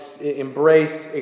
embrace